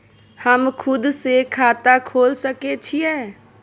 हम खुद से खाता खोल सके छीयै?